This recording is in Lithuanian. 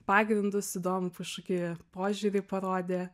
pagrindus įdomų kažkokį požiūrį parodė